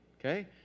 okay